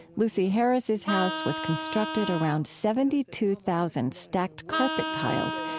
lucy harris's house was constructed around seventy two thousand stacked carpet tiles,